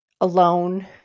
alone